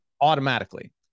automatically